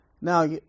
Now